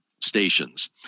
stations